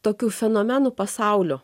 tokiu fenomenų pasauliu